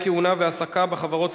(מינוי מומחה לבחינת הסדר חוב בחברת